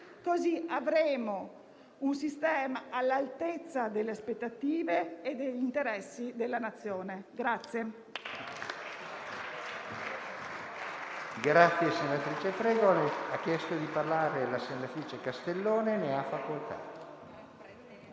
così da avere un sistema all'altezza delle aspettative e degli interessi della Nazione.